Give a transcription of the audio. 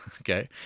Okay